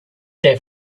their